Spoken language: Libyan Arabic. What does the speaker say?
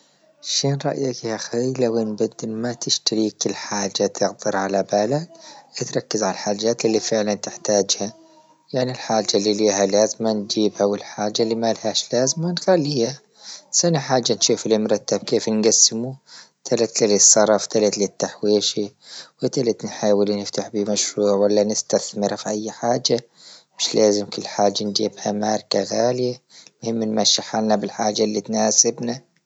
شن رأيك يا خي لو بدل ما تشتري كل حاجة اختر على بالك أركز على حاجات اللي فعلا تحتاجها يعني الحاجة اللي ليها لازمة نجيبها وحاجة اللي ما لهاش لازمة نخليها، ساني حاجة نشوف نمرتك كيف نقسمه ثلث لصرف ثلث للتحويش وثلث نحاول يفتح بيه مشروع ولا نستثمرها في أي حاجة، مش لازم كل لحاجة نجيبها ماركة غالية، نمم نمشي حالنا بالحاجة اللي تناسبنا.